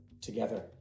together